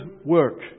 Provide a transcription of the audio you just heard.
work